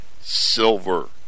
silver